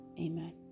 Amen